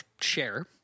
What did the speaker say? share